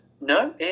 No